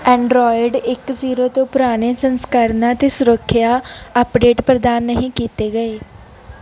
Android ਇੱਕ zero ਤੋਂ ਪੁਰਾਣੇ ਸੰਸਕਰਣਾਂ 'ਤੇ ਸੁਰੱਖਿਆ ਅੱਪਡੇਟ ਪ੍ਰਦਾਨ ਨਹੀਂ ਕੀਤੇ ਗਏ